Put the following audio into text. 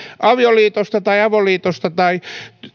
avioliitosta tai avoliitosta tai